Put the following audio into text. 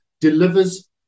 delivers